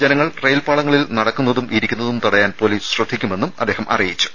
ജനങ്ങൾ റെയിൽപാളങ്ങളിൽ നടക്കുന്നതും ഇരിക്കുന്നതും തടയാൻ പൊലീസ് ശ്രദ്ധിക്കുമെന്നും അദ്ദേഹം അറിയിച്ചു